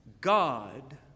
God